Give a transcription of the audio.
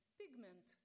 pigment